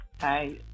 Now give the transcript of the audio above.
Hi